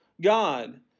God